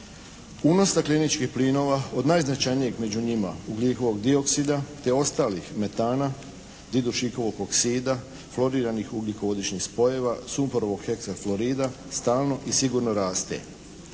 Unos stakleničkih plinova od najznačajnijeg među njima ugljikovog dioksida te ostalih metana … /Govornik se ne razumije./ … dušikovog oksida, floriranih ugljikovodičnih spojeva, sumporovog heksaflorida stalno i sigurno raste.